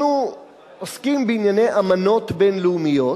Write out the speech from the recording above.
אנחנו עוסקים בענייני אמנות בין-לאומיות,